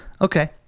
Okay